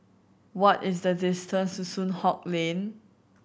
what is the distance to Soon Hock Lane